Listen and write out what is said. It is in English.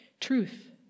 truth